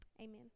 Amen